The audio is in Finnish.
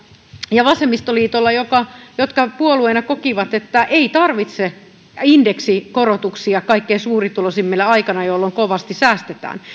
ja vasemmistoliitolla jotka puolueina kokivat että ei tarvita indeksikorotuksia kaikkein suurituloisimmille aikana jolloin kovasti säästetään